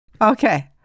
Okay